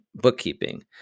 bookkeeping